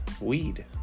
weed